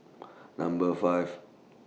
Number five